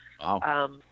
Wow